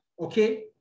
Okay